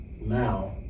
now